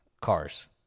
cars